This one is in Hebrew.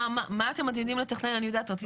מה אתם מתכננים אני יודעת.